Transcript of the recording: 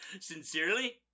Sincerely